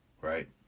Right